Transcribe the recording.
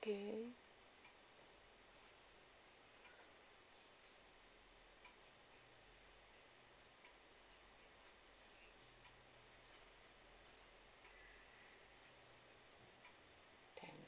okay ten